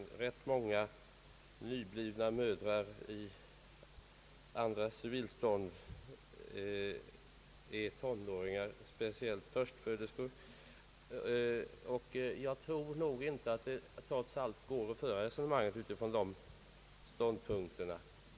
Ganska många nyblivna mödrar i andra civilstånd är tonåringar, speciellt förstföderskor, och jag tror trots allt inte att det går att föra resonemanget utifrån dessa ståndpunkter.